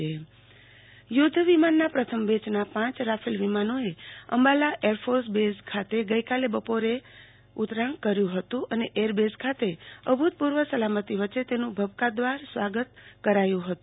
આરતી ભક્ રાફેલ યુધ્ધ વિમાન યુધ્ધ વિમાનના પ્રથમ બેચના પાંચ રાફેલ વિમાનોએ અંબાલા એરફોર્સબેઝ ખાતે ગઈકાલેબ પોરે ઉતરાણ કર્યું હતું અને એરબેઝ ખાતે અભૂતપૂર્વ સલામતી વચ્ચે તેનું ભપકારદાર સ્વાગત કરાયં હતું